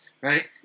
right